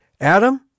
Adam